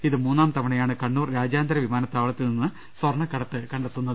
ഇത് മൂന്നാം തവണയാണ് കണ്ണൂർ രാജ്യാന്തര വിമാനത്താവളത്തിൽ നിന്ന് സ്വർണക്കടത്ത് കണ്ടെത്തുന്നത്